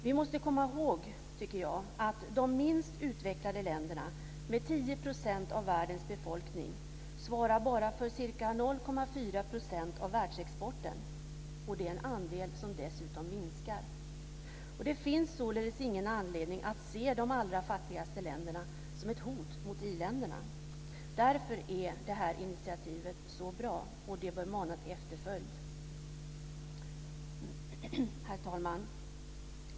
Vi måste komma ihåg att de minst utvecklade länderna, med 10 % av världens befolkning, bara svarar för ca 0,4 % av världsexporten - en andel som dessutom minskar. Det finns således ingen anledning att se de allra fattigaste länderna som ett hot mot i-länderna. Därför är detta initiativ så bra, och det bör mana till efterföljd. Herr talman!